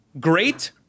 great